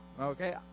okay